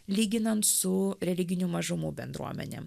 lyginant su religinių mažumų bendruomenėm